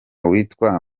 witwa